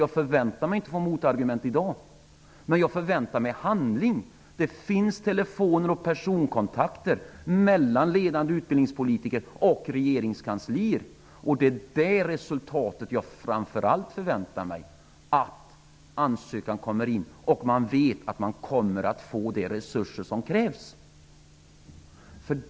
Jag förväntar mig inte att få motargument i dag, men jag förväntar mig handling. Det finns telefoner och personkontakter mellan ledande utbildningspolitiker och regeringskansliet. Jag förväntar mig framför allt det resultatet att ansökan kommer in och att man vet att man kommer att få de resurser som krävs.